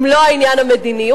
אם לא העניין המדיני?